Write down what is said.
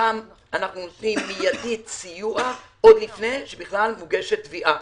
שם אנחנו נותנים סיוע מיידי עוד לפני שבכלל מוגשת תביעה,